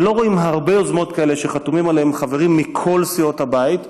שלא רואים הרבה יוזמות כאלה שחתומים עליהן חברים מכל סיעות הבית.